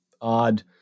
odd